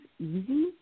easy